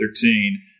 Thirteen